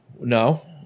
No